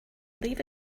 leave